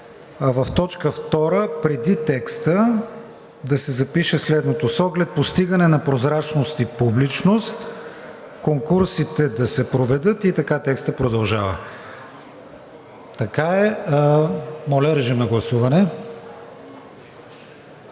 в т. 2 преди текста да се запише следното: „С оглед постигане на прозрачност и публичност конкурсите да се проведат“ и текстът продължава. Да, така е. Моля, режим на гласуване.